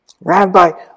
Rabbi